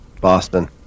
Boston